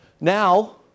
Now